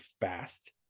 fast